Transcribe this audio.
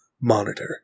monitor